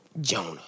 Jonah